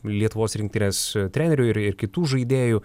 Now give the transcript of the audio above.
lietuvos rinktinės trenerių ir ir kitų žaidėjų